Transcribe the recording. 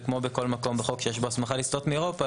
וכמו כל מקום בחוק שיש בו הסכמה לסטות מאירופה,